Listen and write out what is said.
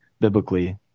biblically